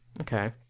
Okay